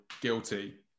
guilty